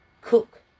Cook